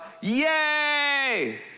Yay